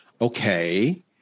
Okay